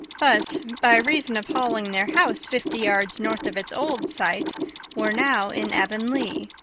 but, by reason of hauling their house fifty yards north of its old site were now in avonlea.